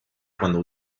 quando